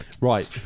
Right